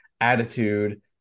attitude